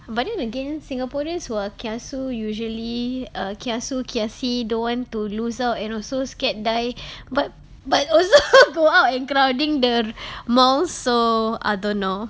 but then again singaporeans who are kiasu usually err kiasu kiasi don't want to lose out and also scared die but but also go out and crowding the malls so I don't know